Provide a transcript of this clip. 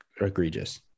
egregious